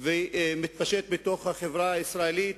ומתפשט בחברה הישראלית.